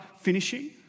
finishing